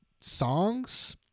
songs